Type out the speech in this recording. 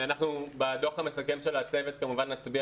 אנחנו בדוח המסכם של הצוות כמובן נצביע